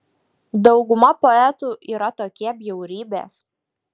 dauguma poetų yra tokie bjaurybės